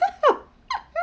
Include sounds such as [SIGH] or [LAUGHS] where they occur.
[LAUGHS]